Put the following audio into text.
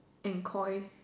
and call it